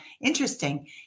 interesting